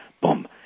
Boom